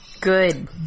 Good